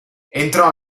entrò